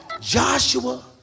Joshua